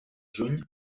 juny